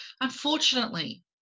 Unfortunately